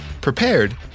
prepared